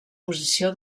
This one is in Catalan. posició